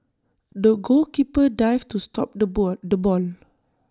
the goalkeeper dived to stop the ball the bone